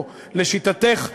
או לשיטתך,